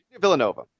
Villanova